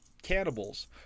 cannibals